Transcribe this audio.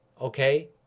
Okay